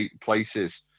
places